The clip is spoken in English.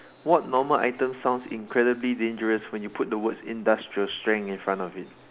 what normal items sounds incredibly dangerous when you put the words industrial strength in front of it